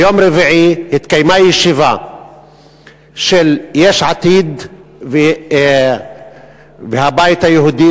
ביום רביעי התקיימה ישיבה של יש עתיד והבית היהודי,